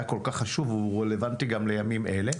כל כך חשוב והוא רלבנטי גם לימים אלה.